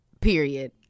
Period